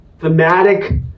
thematic